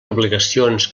obligacions